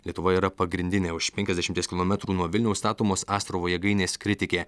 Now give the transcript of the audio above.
lietuva yra pagrindinė už penkiasdešimties kilometrų nuo vilniaus statomos astravo jėgainės kritikė